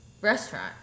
Restaurant